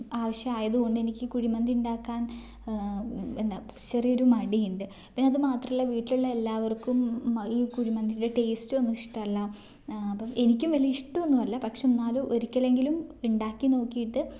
ആവശ്യമായത് കൊണ്ട് എനിക്ക് കുഴിമന്തി ഉണ്ടാക്കാൻ എന്താ ചെറിയൊരു മടിയുണ്ട് പിന്നെ അത് മാത്രമല്ല വീട്ടിലുള്ള എല്ലാവർക്കും ഈ കുഴിമന്തിയുടെ ടേസ്റ്റ് ഒന്നും ഇഷ്ട്ടമല്ല അപ്പം എനിക്കും വലിയ ഇഷ്ടവൊന്നുവല്ല പക്ഷേ എന്നാലും ഒരിക്കലെങ്കിലും ഉണ്ടാക്കി നോക്കിയിട്ട്